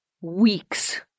weeks